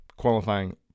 Qualifying